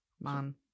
man